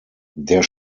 der